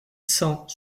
cent